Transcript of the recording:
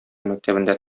мәктәбендә